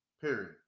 Period